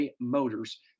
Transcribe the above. Motors